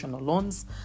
loans